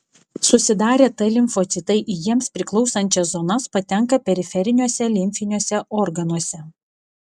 susidarę t limfocitai į jiems priklausančias zonas patenka periferiniuose limfiniuose organuose